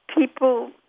people